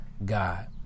God